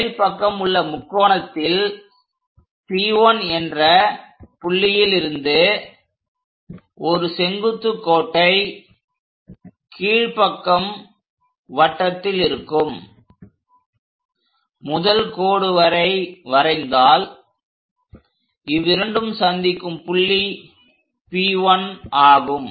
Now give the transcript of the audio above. மேல் பக்கம் உள்ள முக்கோணத்தில் P1 என்ற புள்ளியில் இருந்து ஒரு செங்குத்து கோட்டை கீழ் பக்கம் வட்டத்தில் இருக்கும் முதல் கோடு வரை வரைந்தால் இவ்விரண்டும் சந்திக்கும் புள்ளி P1 ஆகும்